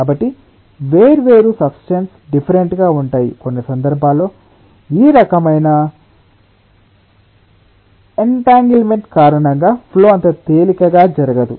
కాబట్టి వేర్వేరు substances different గా ఉంటాయి కొన్ని సందర్భాల్లో ఈ రకమైన ఎన్టాన్గిల్మెంట్ కారణంగా ఫ్లో అంత తేలికగా జరగదు